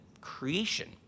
creation